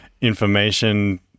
information